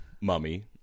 mummy